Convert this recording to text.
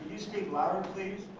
speak louder please.